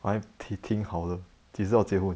还挺好的几时要结婚